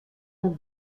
the